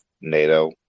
NATO